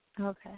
Okay